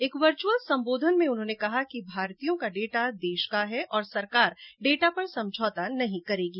एक वर्चुवल संबोधन में उन्होने कहा कि भारतीयों का डेटा देश का है और सरकार डेटा पर समझौता नहीं करेगी